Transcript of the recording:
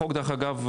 לגבי החוק,